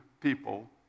people